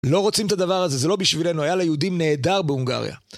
לא רוצים את הדבר הזה, זה לא בשבילנו, היה ליהודים נהדר בהונגריה.